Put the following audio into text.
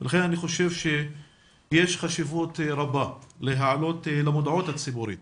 ולכן אני חושב שיש חשיבות רבה להעלות למודעות הציבורית